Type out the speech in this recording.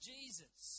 Jesus